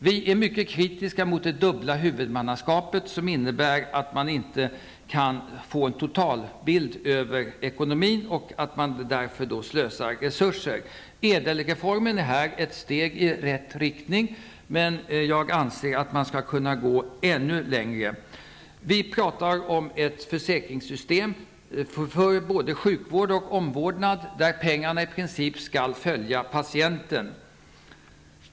Vi är mycket kritiska mot det dubbla huvudmannaskapet, som innebär att man inte kan få en totalbild över ekonomin, varför man slösar med resurser. ÄDEL-reformen är ett steg i rätt riktning, men jag anser att man bör kunna gå ännu längre. Vi talar om ett försäkringssystem för både sjukvård och omvårdnad, där pengarna i princip skall följa patienten.